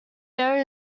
there